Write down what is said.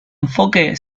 enfoque